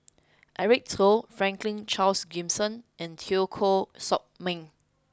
Eric Teo Franklin Charles Gimson and Teo Koh Sock Miang